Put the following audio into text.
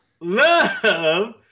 love